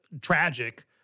Tragic